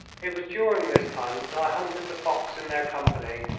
it was during this time that i hunted the fox in their company,